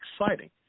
exciting